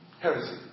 Heresy